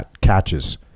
catches